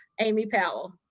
amy powell.